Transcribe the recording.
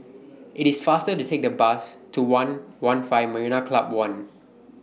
IT IS faster to Take The Bus to one one'lfive Marina Club one